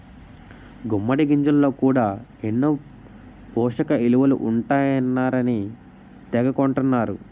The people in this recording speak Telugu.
గుమ్మిడి గింజల్లో కూడా ఎన్నో పోసకయిలువలు ఉంటాయన్నారని తెగ కొంటన్నరు